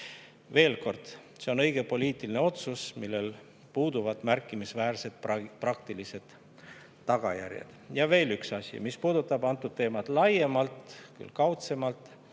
Veel kord: see on õige poliitiline otsus, millel puuduvad märkimisväärsed praktilised tagajärjed. Ja veel üks asi, mis puudutab seda teemat laiemalt, küll kaudsemalt,